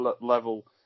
level